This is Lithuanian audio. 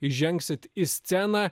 įžengsit į sceną